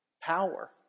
power